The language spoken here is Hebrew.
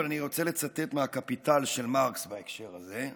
אבל אני רוצה לצטט מ"הקפיטל" של מרקס בהקשר הזה.